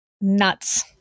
Nuts